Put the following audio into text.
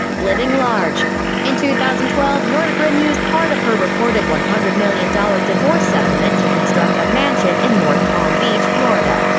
living large in two thousand and twelve, nordegren used part of her reported one hundred million dollars divorce settlement to construct a mansion in north palm beach, florida.